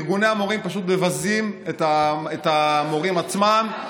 ארגוני המורים פשוט מבזים את המורים עצמם.